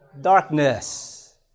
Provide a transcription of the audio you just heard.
darkness